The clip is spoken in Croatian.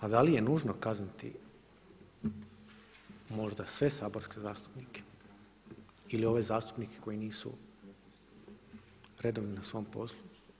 A da li je nužno kazniti možda sve saborske zastupnike ili ove zastupnike koji nisu redovni na svom poslu?